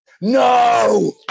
no